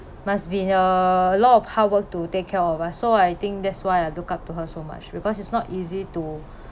must be a lot of hard work to take care of us so I think that's why I look up to her so much because it's not easy to